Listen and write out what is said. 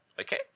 Okay